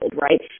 right